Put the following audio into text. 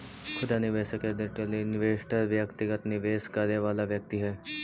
खुदरा निवेशक या रिटेल इन्वेस्टर व्यक्तिगत निवेश करे वाला व्यक्ति हइ